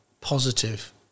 positive